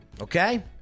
Okay